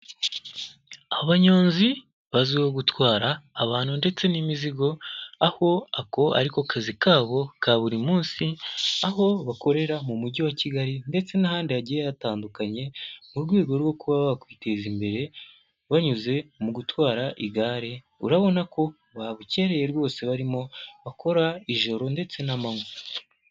Abanyonzi bazwiho gutwara abantu ndetse n'imizigo aho ako ariko kazi kabo ka buri munsi, aho bakorera mu mujyi wa Kigali ndetse n'ahandi hagiye hatandukanye mu rwego rwo kuba bakwiteza imbere banyuze mu gutwara igare, urabona ko babukereye rwose barimo bakora ijoro ndetse n'amanywa.